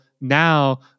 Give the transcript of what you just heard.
now